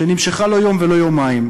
שנמשכה לא יום ולא יומיים,